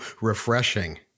refreshing